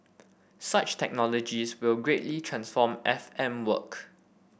such technologies will greatly transform F M work